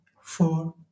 four